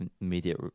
immediate